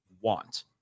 want